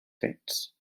fets